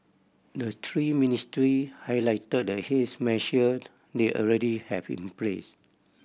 the three ministry highlighted the haze measured they already have in place